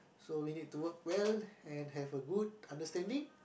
so we need to work well and have a good understanding